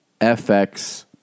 FX